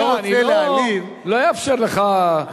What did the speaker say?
אני לא אאפשר לך בלי סוף,